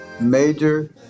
Major